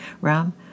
ram